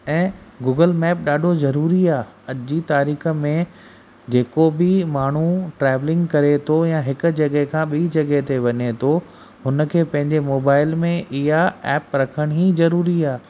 ऐं Google map ॾाढो ज़रूरी आहे अॼु जी तारीख़ में जेको बि माण्हू ट्रेव्लिंग करे थो या हिकु जॻह खां बि जॻह ते वञे थो हुनखे पंहिंजे मोबाइल में हीअ ऐप रखण ई ज़रूरी आहे